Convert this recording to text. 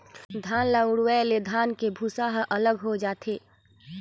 धान ल उड़वाए ले धान के भूसा ह अलग होए जाथे